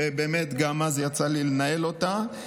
שבאמת גם אז יצא לי לנהל אותה,